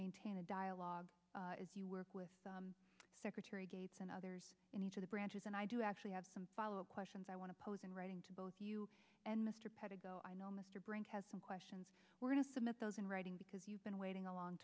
maintain a dialogue as you work with secretary gates and others in each of the branches and i do actually have some follow up questions i want to pose in writing to both you and mr pett ago i know mr brink has some questions we're going to submit those in writing because you've been waiting a long